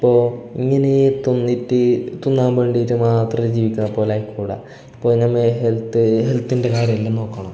ഇപ്പോൾ ഇങ്ങനെ തിന്നിട്ട് തിന്നാൻ വേണ്ടിട്ട് മാത്രമേ ജീവിക്കുന്നപോലെ കൂടാ ഇപ്പോൾ മേ ഹെൽത്ത് ഹെൽത്തിൻ്റെ കാര്യമെല്ലാം നോക്കണൊ